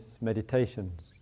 meditations